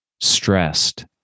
Stressed